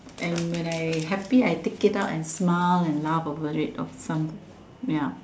and when I happy I take it out and smile and laugh over it of some ya